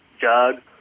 jug